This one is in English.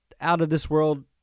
out-of-this-world